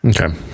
Okay